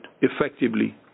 effectively